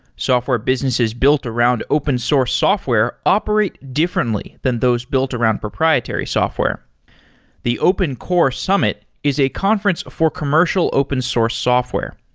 software businesses built around open source software operate differently than those built around proprietary software the open core summit is a conference for commercial open source software.